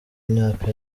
imyaka